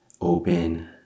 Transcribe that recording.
Open